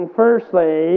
firstly